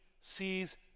sees